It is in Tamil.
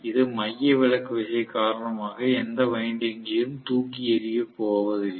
இது மையவிலக்கு விசை காரணமாக எந்த வைண்டிங்கையும் தூக்கி எறிய போவதில்லை